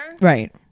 Right